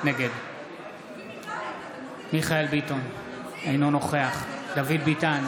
נגד מיכאל מרדכי ביטון, אינו נוכח דוד ביטן,